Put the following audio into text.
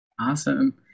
awesome